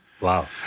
Wow